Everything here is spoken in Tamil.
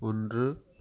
ஒன்று